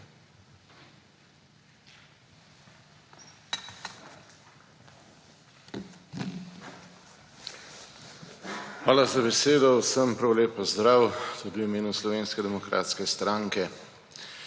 Hvala za besedo. Vsem prav lep pozdrav v imenu Slovenske demokratske stranke!